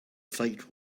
fight